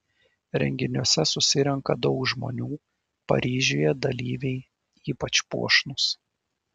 renginiuose susirenka daug žmonių paryžiuje dalyviai ypač puošnūs